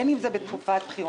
בין אם זה בתקופת בחירות,